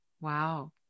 Wow